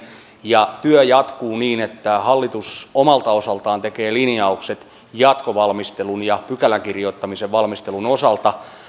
ja työ jatkuu niin että hallitus omalta osaltaan tekee linjaukset jatkovalmistelun ja pykälän kirjoittamisen valmistelun osalta